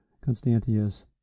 Constantius